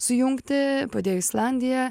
sujungti padėjo islandija